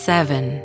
Seven